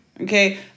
Okay